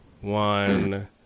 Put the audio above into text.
one